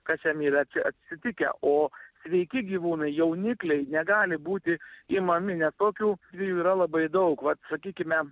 kas jam yra atsitikę o sveiki gyvūnai jaunikliai negali būti imami nes tokių atvejų yra labai daug vat sakykime